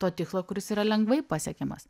to tikslo kuris yra lengvai pasiekiamas